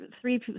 three